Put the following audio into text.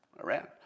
Iran